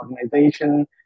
organization